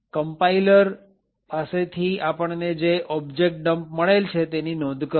compiler પાસેથી આપણને જે જે ઓબ્જેક્ટ ડમ્પ મળેલ છે તેની નોંધ કરો